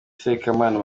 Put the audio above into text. sekamana